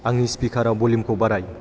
आंनि स्पिकाराव भलियुमखौ बाराय